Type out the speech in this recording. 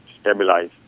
stabilize